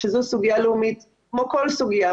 שזו סוגיה לאומית כמו כל סוגיה.